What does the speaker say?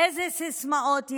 איזה סיסמאות יהיו,